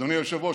אדוני היושב-ראש,